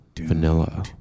Vanilla